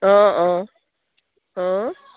অঁ অঁ অঁ